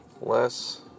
less